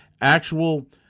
actual